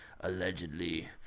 Allegedly